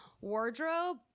wardrobe